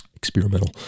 Experimental